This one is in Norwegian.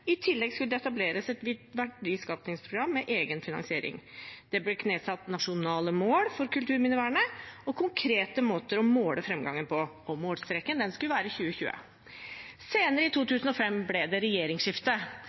I tillegg skulle det etableres et verdiskapingsprogram med egen finansiering. Det ble knesatt nasjonale mål for kulturminnevernet og konkrete måter å måle framgangen på. Målstreken skulle være 2020. Senere i 2005 ble det